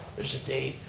there's a date,